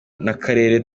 n’akarere